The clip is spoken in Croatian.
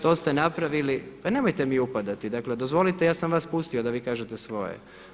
To ste napravili. … [[Upadica se ne čuje.]] Pa nemojte mi upadati, dakle dozvolite, ja sam vas pustio da vi kažete svoje.